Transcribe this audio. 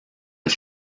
das